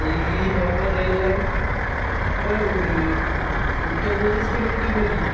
নীলগিরি পর্বত রেললাইন উত্তরপ্রদেশ থেকে যদি বলি